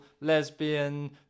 lesbian